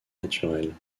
naturelle